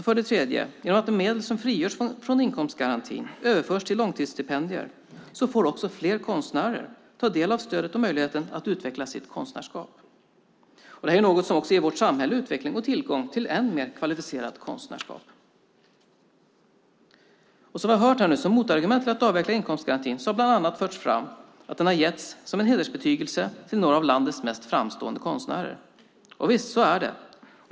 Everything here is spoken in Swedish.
För det tredje får fler konstnärer ta del av stödet och möjlighet att utveckla sitt konstnärskap genom att de medel som frigörs från inkomstgarantin överförs till långtidsstipendier, något som också ger vårt samhälle utveckling och tillgång till än mer kvalificerat konstnärskap. Som motargument till att avveckla inkomstgarantin har bland annat förts fram att den har getts som en hedersbetygelse till några av landets mest framstående konstnärer. Så är det.